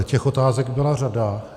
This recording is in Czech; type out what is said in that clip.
Těch otázek byla řada.